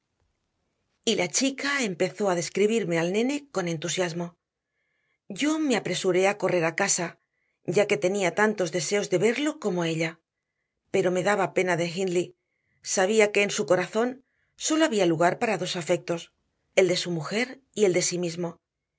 la chica empezó a describirme al nene con entusiasmo yo me apresuré a correr a casa ya que tenía tantos deseos de verlo como ella pero me daba pena de hindley sabía que en su corazón sólo había lugar para dos afectos el de su mujer y el de sí mismo